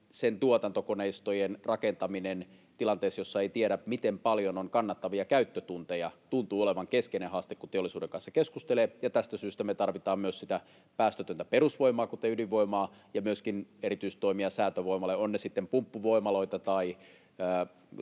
sen tuotantokoneistojen rakentaminen tilanteessa, jossa ei tiedä, miten paljon on kannattavia käyttötunteja, tuntuu olevan keskeinen haaste, kun teollisuuden kanssa keskustelee. Tästä syystä me tarvitaan myös sitä päästötöntä perusvoimaa, kuten ydinvoimaa, ja myöskin erityistoimia säätövoimalle, ovat ne sitten pumppuvoimaloita tai